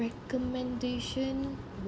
recommendation